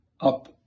up